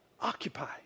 Occupy